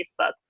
Facebook